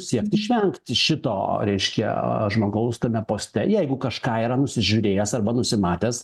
siekt išvengt šito reiškia žmogaus tame poste jeigu kažką yra nusižiūrėjęs arba nusimatęs